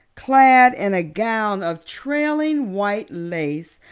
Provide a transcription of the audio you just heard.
clad in a gown of trailing white lace,